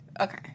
Okay